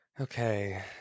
Okay